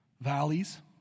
Valleys